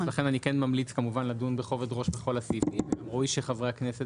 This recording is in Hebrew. לכן אני כן ממליץ לדון בכובד ראש בכל הסעיפים וגם ראוי שחברי הכנסת